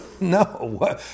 no